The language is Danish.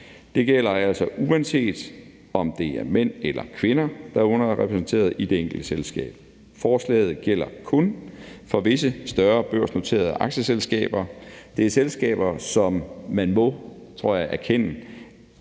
Det gælder altså, uanset om det er mænd eller kvinder, der er underrepræsenteret i det enkelte selskab. Forslaget gælder kun for visse større børsnoterede aktieselskaber. Det er selskaber, som man må, tror jeg,